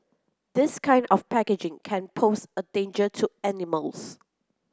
this kind of packaging can pose a danger to animals